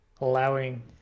allowing